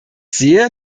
sehe